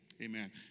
Amen